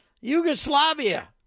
Yugoslavia